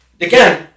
Again